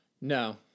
No